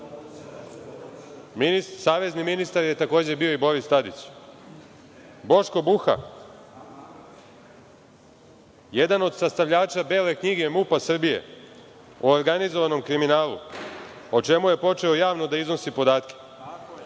Savezni ministar je, takođe, bio i Boris Tadić. Boško Buha, jedan od sastavljača bele knjige MUP-a Srbije o organizovanom kriminalu, o čemu je počeo javno da iznosi podatke. Za to